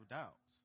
doubts